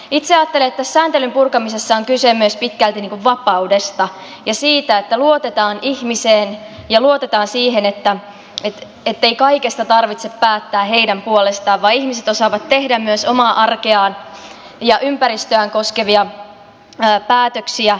itse ajattelen että sääntelyn purkamisessa on kyse myös pitkälti vapaudesta ja siitä että luotetaan ihmiseen ja siihen ettei kaikesta tarvitse päättää ihmisten puolesta vaan he osaavat tehdä myös omaa arkeaan ja ympäristöään koskevia päätöksiä